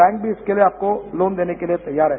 bank भी इसके लिए आपके लोन देने के लिए तैयार है